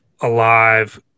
alive